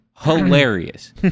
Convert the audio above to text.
hilarious